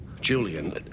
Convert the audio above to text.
Julian